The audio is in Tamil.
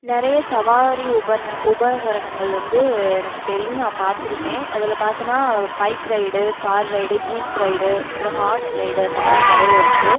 நிறைய சவாரி உபகர்ண உபகரணங்கள் வந்து எனக்கு தெரியும் நான் பார்த்துருக்கேன் அதில் பார்த்தோன்னா bike ride car ride jeep ride அப்புறம் ஹார்ஸ் ரைடு அந்தமாதிரி நிறைய இருக்கும்